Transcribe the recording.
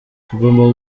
tugomba